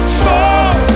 fall